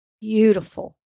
beautiful